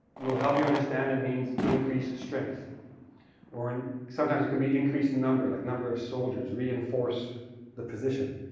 will help you understand it means increase in strength or in, sometimes it could be increase in number, like number of soldiers, reinforce the position